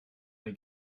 eine